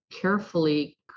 carefully